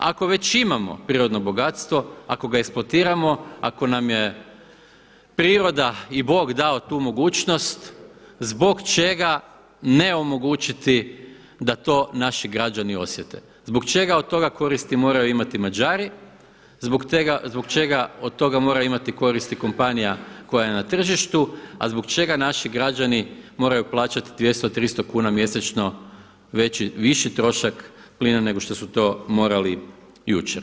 Ako već imamo prirodno bogatstvo, ako ga eksploatiramo, ako nam je priroda i Bog dao tu mogućnost zbog čega ne omogućiti da to naši građani ne osjete, zbog čega od toga koristi od toga moraju imati Mađari, zbog čega od toga mora imati koristi kompanija koja je na tržištu, a zbog čega naši građani moraju plaćati 200, 300 kuna mjesečno viši trošak plina nego što su to morali jučer?